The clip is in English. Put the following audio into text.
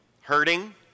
Hurting